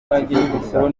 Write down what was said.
ikigo